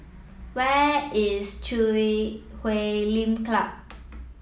where is Chui Huay Lim Club